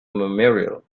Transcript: memorial